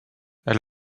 elle